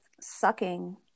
sucking